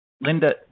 Linda